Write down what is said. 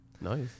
Nice